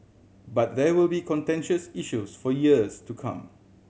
but there will be contentious issues for years to come